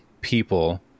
people